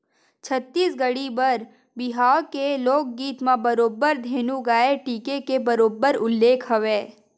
छत्तीसगढ़ी बर बिहाव के लोकगीत म बरोबर धेनु गाय टीके के बरोबर उल्लेख हवय